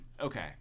okay